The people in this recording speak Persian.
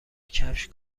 کفش